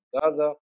Gaza